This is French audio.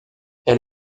elle